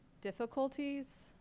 difficulties